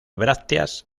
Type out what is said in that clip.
brácteas